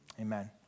amen